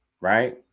Right